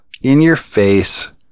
in-your-face